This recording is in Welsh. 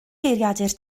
geiriadur